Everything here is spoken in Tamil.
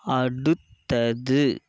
அடுத்தது